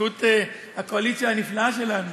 בזכות הקואליציה הנפלאה שלנו,